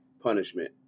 punishment